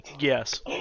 Yes